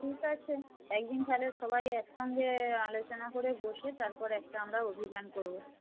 ঠিক আছে এক দিন তাহলে সবাই একসঙ্গে আলোচনা করে বসে তারপর একটা আমরা অভিযান করব